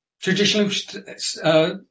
traditionally